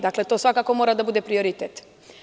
Dakle, to svakako mora da bude prioritet.